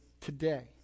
today